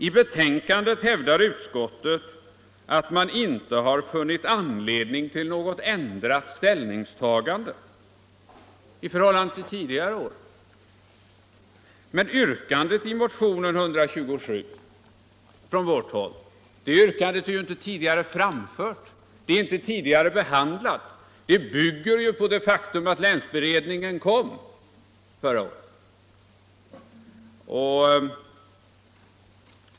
I betänkandet hävdar utskottet att det inte har funnits anledning till något ändrat ställningstagande i förhållande till tidigare år. Men yrkandet i motionen 127 är ju inte tidigare framfört, inte tidigare behandlat. Det bygger ju på det faktum att länsberedningen kom förra året.